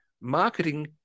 marketing